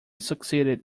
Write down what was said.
succeeded